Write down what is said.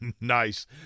Nice